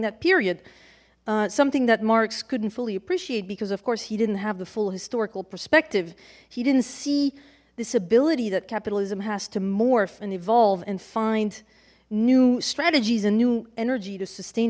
that period something that marx couldn't fully appreciate because of course he didn't have the full historical perspective he didn't see this ability that capitalism has to morph and evolve and find new strategies and new energy to sustain